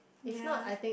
ya